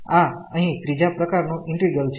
આ અહિં ત્રીજા પ્રકારનું ઈન્ટિગ્રલ છે